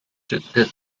the